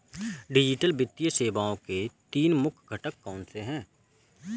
digital वित्तीय सेवाओं के तीन मुख्य घटक कौनसे हैं